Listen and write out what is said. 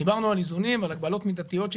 דיברנו על איזונים ועל הגבלות מידתיות של